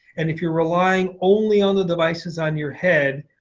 and if you're relying only on the devices on your head,